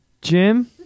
Jim